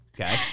Okay